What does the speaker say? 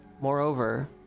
moreover